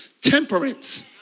Temperance